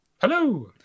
Hello